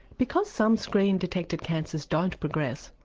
because some screen-detected cancers don't progress,